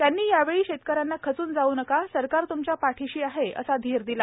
त्यांनी यावेळी शेतकऱ्यांना खचून जाऊ नका सरकार त्मच्या पाठीशी आहे असा धीर दिला